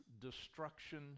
destruction